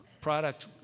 product